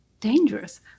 dangerous